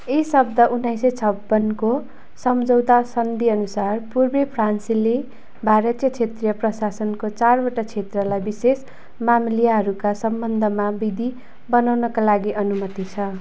ईशब्द उन्नाइस सौ छपन्नको सम्झौता सन्धि अनुसार पूर्वीय फ्रान्सेली भारतीय क्षेत्रीय प्रशासनको चारवटा क्षेत्रलाई विशेष मामिलियाहरूका सम्बन्धमा विधि बनाउनका लागि अनुमति छ